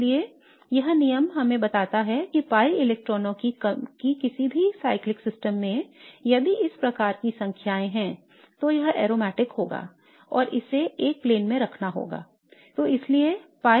इसलिए यह नियम हमें बताता है कि pi इलेक्ट्रॉनों की किसी भी चक्रीय प्रणाली में यदि इस प्रकार की संख्याएँ हैं तो यह aromatic होगा और इसे एक plane में रखना होगा